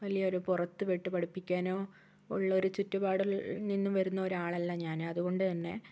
വലിയൊരു പുറത്തുവിട്ട് പഠിപ്പിക്കാനോ ഉള്ള ഒരു ചുറ്റുപാടിൽ നിന്ന് വരുന്ന ഒരാളല്ല ഞാന് അതുകൊണ്ട് തന്നെ